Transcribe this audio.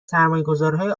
سرمایهگذارهای